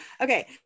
Okay